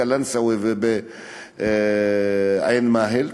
בקלנסואה ובעין-מאהל,